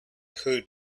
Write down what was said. heard